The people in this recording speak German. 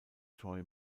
troy